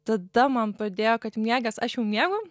tada man padėjo kad miegas aš jau miegu